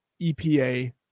EPA